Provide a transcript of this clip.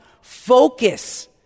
focus